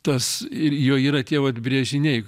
tas ir jo yra tie vat brėžiniai